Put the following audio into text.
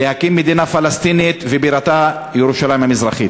להקים מדינה פלסטינית ובירתה ירושלים המזרחית.